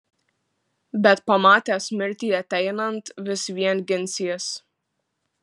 bet pamatęs mirtį ateinant vis vien ginsies